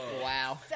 Wow